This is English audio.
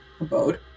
abode